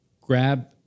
grab